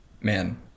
man